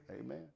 Amen